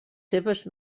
seves